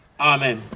Amen